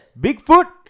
Bigfoot